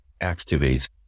activates